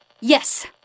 yes